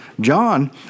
John